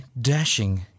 dashing